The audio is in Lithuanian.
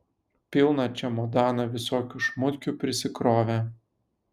pilną čemodaną visokių šmutkių prisikrovė